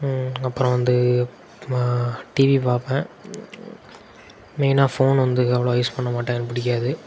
அப்புறம் வந்து நான் டிவி பார்ப்பேன் மெய்னாக ஃபோன் வந்து அவ்வளோவா யூஸ் பண்ண மாட்டேன் எனக்கு பிடிக்காது